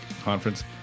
conference